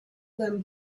them